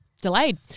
delayed